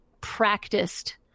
practiced